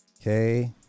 okay